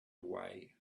away